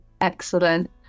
Excellent